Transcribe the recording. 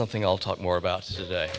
something i'll talk more about today